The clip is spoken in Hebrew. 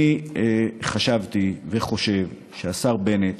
אני חשבתי וחושב שהשר בנט,